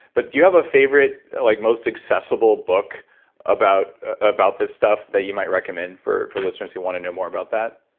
but do you have a favorite, like most accessible book about about this stuff that you might recommend for for listeners want to know more about that?